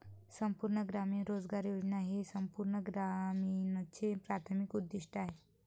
संपूर्ण ग्रामीण रोजगार योजना हे संपूर्ण ग्रामीणचे प्राथमिक उद्दीष्ट आहे